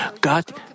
God